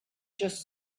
just